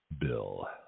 bill